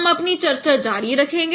हम अपनी चर्चा जारी रखेंगे